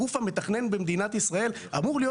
הגוף המתכנן במדינת ישראל אמור להיות